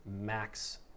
max